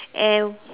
and